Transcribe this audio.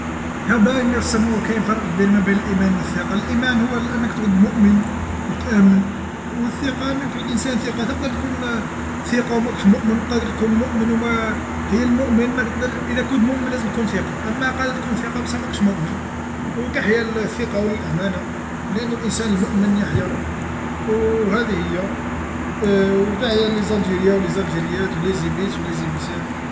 ها باين سموه كاين فرق كبير ما بين الإيمان والثقة الإيمان هو انك تعود مؤمن وتآمن والثقه أنك تعود إنسان ثقه تقدر تكون ثقه وماكش مؤمن وقادر تكون مؤمن وما هي المؤمن ما تقدرش إذا كنت مؤمن لازم تكون ثقه أما قادر تكون ثقه بصح ماكش مؤمن وتحيا الثقه والأمانه لأنو الإنسان المؤمن يحي وهادي هي و و تحيا ليزرجريا و ليزرجيات و ليزيبيس و لزيبيسات.